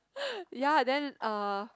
ya then uh